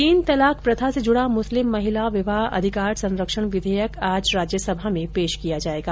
तीन तलाक प्रथा से जुडा मुस्लिम महिला विवाह अधिकार संरक्षण विधेयक आज राज्यसभा में पेश किया जायेगा